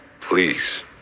Please